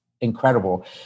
incredible